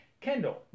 Kendall